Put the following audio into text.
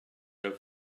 over